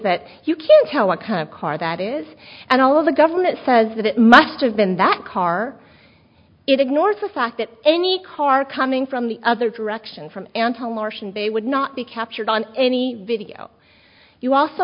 that you can tell what kind of car that is and all of the government says that it must have been that car it ignores the fact that any car coming from the other direction from anti marcion they would not be captured on any video you also